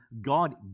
God